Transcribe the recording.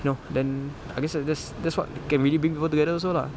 no then I guess tha~ tha~ that's what can really bring people together also lah